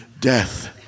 death